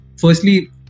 firstly